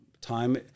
Time